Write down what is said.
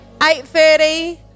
8.30